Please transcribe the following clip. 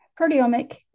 proteomic